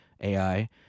AI